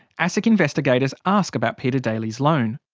asic investigators ask about peter daly's loan.